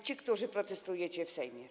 Ci, którzy protestujecie w Sejmie!